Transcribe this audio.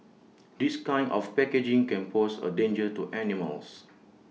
this kind of packaging can pose A danger to animals